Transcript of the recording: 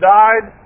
died